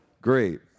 Great